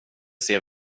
ser